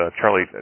Charlie